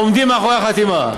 עומדים מאחורי החתימה.